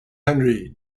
henry